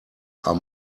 are